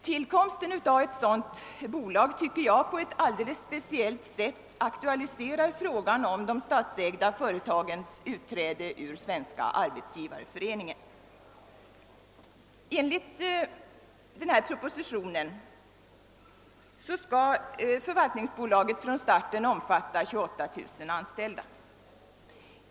Tillkomsten av ett sådant bolag tycker jag på ett alldeles speciellt sätt aktualiserar frågan om de statsägda företagens utträde ur Svenska arbetsgivareföreningen. Enligt propositionen skall förvaltningsbolaget från starten omfatta 28 000 anställda.